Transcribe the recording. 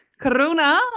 karuna